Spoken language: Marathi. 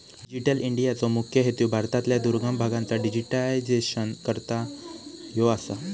डिजिटल इंडियाचो मुख्य हेतू भारतातल्या दुर्गम भागांचा डिजिटायझेशन करना ह्यो आसा